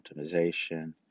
optimization